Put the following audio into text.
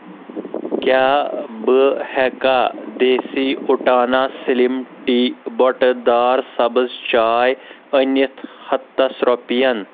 کیٛاہ بہٕ ہیٚکا دیسی اُٹانا سلِم ٹی بۄٹہٟ دار سبٕز چاے أنِتھ ہَتَس رۄپیٚن